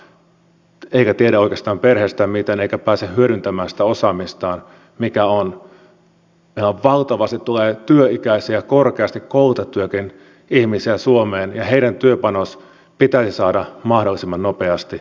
muun muassa että ei ole ollut riittävää kustannusseurantaa johtamisjärjestelmä ei ole ollut asianmukaista päätöksentekomenettelyissäkin on ollut ongelmia taloussuunnittelu on sieltä puuttunut ja hankkeita on johdettu eri työryhmissä sekä konsulttivetoisesti